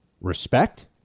respect